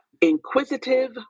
inquisitive